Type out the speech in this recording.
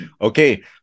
Okay